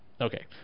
okay